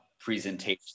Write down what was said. presentation